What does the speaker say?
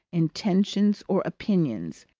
intentions, or opinions,